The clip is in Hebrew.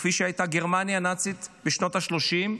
כפי שהייתה גרמניה הנאצית בשנות השלושים,